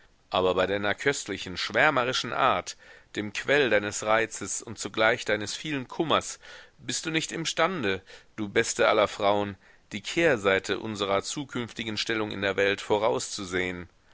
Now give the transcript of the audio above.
aber bei deiner köstlichen schwärmerischen art dem quell deines reizes und zugleich deines vielen kummers bist du nicht imstande du beste aller frauen die kehrseite unsrer zukünftigen stellung in der welt vorauszusehen